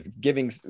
giving